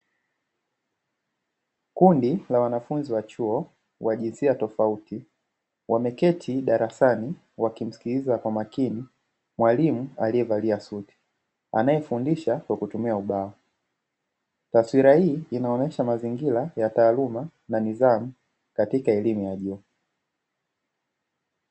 Kundi la wanafunzi wa chuo wa jinsia tofauti, wameketi darasani wakimsikiliza kwa makini mwalimu aliyevalia suti, anayefundisha kwa kutumia ubao, Taswira hii inaonesha mazingira ya taaluma na nidhamu katika elimu ya juu.